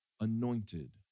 anointed